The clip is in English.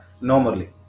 Normally